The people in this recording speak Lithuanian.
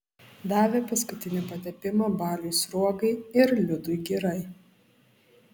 davė paskutinį patepimą baliui sruogai ir liudui girai